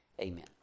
Amen